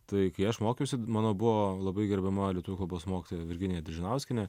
tai kai aš mokiausi mano buvo labai gerbiama lietuvių kalbos mokytoja virginija diržinauskienė